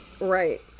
right